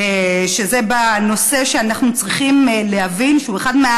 וזה בנושא שאנחנו צריכים להבין שהוא אחד,